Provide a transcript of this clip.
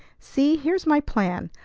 see! here's my plan.